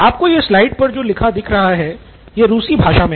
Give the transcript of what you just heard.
आपको यह स्लाइड पर जो लिखा दिख रहा है यह रूसी भाषा में है